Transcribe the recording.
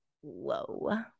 whoa